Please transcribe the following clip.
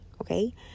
okay